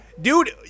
Dude